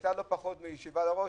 היתה לא פחות מישיבה על הראש.